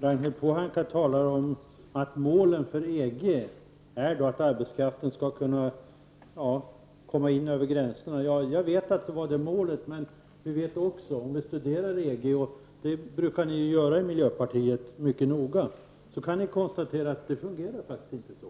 Ragnhild Pohanka säger att målet för EG är att arbetskraften skall kunna komma in över gränserna. Ja, jag vet att det var målet, men om man studerar EG - vilket ni i miljöpartiet brukar göra mycket noga — kan man konstatera att det inte fungerar så.